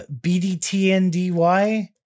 BDTNDY